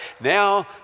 now